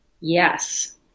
yes